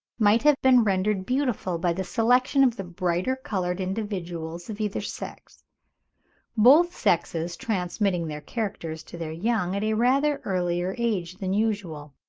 might have been rendered beautiful by the selection of the brighter coloured individuals of either sex both sexes transmitting their characters to their young at a rather earlier age than usual.